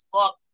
fuck